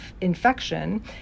infection